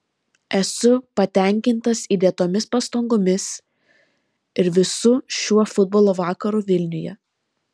esu patenkintas įdėtomis pastangomis ir visu šiuo futbolo vakaru vilniuje